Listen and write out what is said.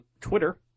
Twitter